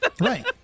Right